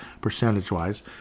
percentage-wise